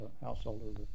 householders